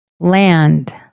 land